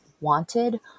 wanted